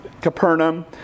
Capernaum